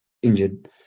injured